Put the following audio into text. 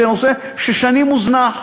שהוא נושא ששנים הוזנח.